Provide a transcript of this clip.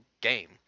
game